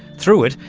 through it,